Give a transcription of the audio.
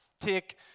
Take